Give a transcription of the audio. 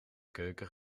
keuken